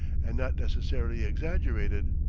and not necessarily exaggerated,